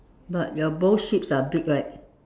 but your both sheeps are big right